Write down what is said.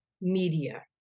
media